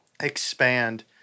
expand